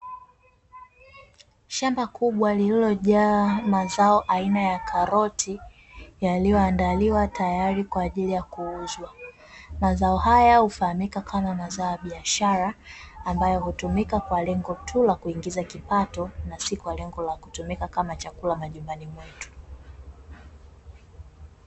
Shamba kubwa lililojaa mazao aina ya karoti, yaliyoandaliwa tayari kwa ajili ya kuuzwa. Mazao haya hufahamika kama mazao ya biashara, ambayo hutumika kwa lengo tu la kuingiza kipato na si kwa lengo la kutumika kama chakula majumbani mwetu.